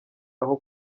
aho